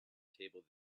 table